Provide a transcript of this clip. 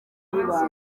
maze